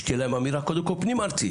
שתהיה להן אמירה קודם כל פנים-ארצית,